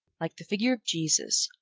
like the figure of jesus,